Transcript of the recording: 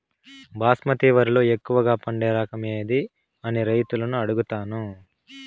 బాస్మతి వరిలో ఎక్కువగా పండే రకం ఏది అని రైతులను అడుగుతాను?